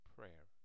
Prayer